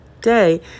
day